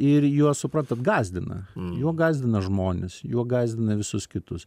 ir juo suprantat gąsdina juo gąsdina žmones juo gąsdina visus kitus